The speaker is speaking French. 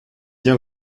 bien